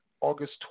august